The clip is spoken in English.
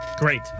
Great